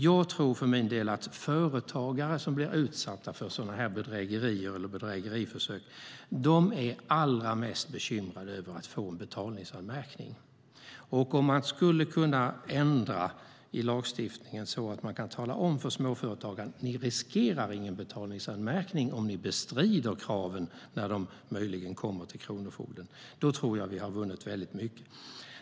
Jag tror för min del att företagare som blir utsatta för sådana här bedrägerier eller bedrägeriförsök är allra mest bekymrade över att få en betalningsanmärkning. Om man skulle kunna ändra i lagstiftningen, så att man kan tala om för småföretagarna att de inte riskerar någon betalningsanmärkning om de bestrider kraven när de möjligen kommer till kronofogden, tror jag att vi har vunnit mycket.